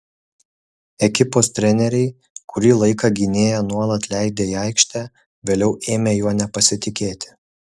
ekipos treneriai kurį laiką gynėją nuolat leidę į aikštę vėliau ėmė juo nepasitikėti